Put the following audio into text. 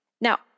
Now